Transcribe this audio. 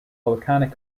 volcanic